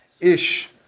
Ish